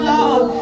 Lord